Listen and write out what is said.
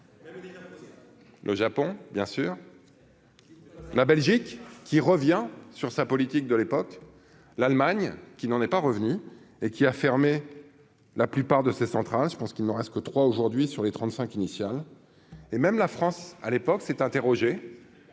Le Japon, bien sûr, la Belgique, qui revient sur sa politique de l'époque, l'Allemagne qui n'en est pas revenu et qui a fermé la plupart de ces centrales, je pense qu'il n'reste que trois aujourd'hui, sur les 35 initial et même la France à l'époque, s'est interrogé,